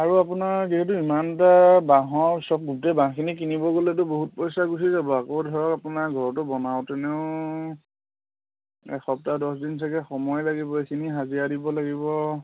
আৰু আপোনাৰ যিহেতু ইমানটা বাঁহৰ চব গোটেই বাঁহখিনি কিনিব গ'লেতো বহুত পইচা গুচি যাব আকৌ ধৰক আপোনাৰ ঘৰতো বনাওঁতেনেও এসপ্তাহ দহদিন চাগে সময় লাগিব এইখিনি হাজিৰা দিব লাগিব